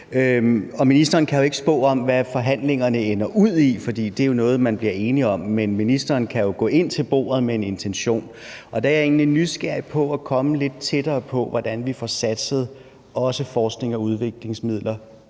Ministeren kan ikke spå om, hvad forhandlingerne ender ud i, for det er jo noget, man bliver enige om, men ministeren kan gå ind til bordet med en intention. Og der er jeg egentlig nysgerrig efter at komme lidt tættere på, hvordan vi også får satset på forsknings- og udviklingsmidler